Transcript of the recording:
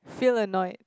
feel annoyed